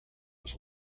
was